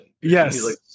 Yes